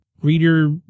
reader